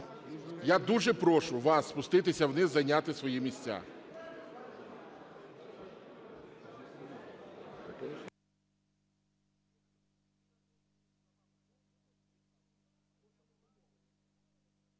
я дуже прошу вас спуститися вниз, зайняти свої місця.